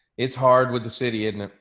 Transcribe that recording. it's hard with the city admin.